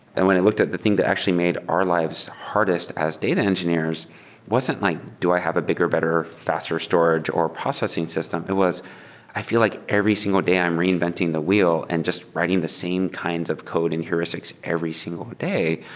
and when i looked at the thing that actually made our lives hardest as data engineers, it wasn't like do i have a bigger, better, faster storage or processing system? it was i feel like every single day i'm reinventing the wheel and just writing the same kinds of code and heuristics every single day.